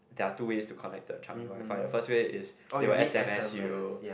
there are two ways to connect the Changi Wi-Fi the first way is they will S_M_S you